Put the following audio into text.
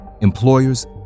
employers